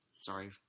Sorry